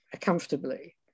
comfortably